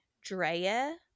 Drea